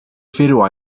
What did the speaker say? faroe